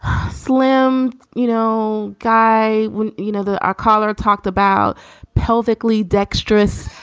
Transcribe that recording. slim, you know, guy. well, you know, the our caller talked about pelvic lee dextrous.